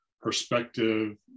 perspective